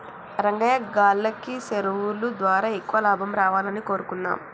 రంగయ్యా గాల్లకి సెరువులు దారా ఎక్కువ లాభం రావాలని కోరుకుందాం